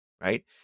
right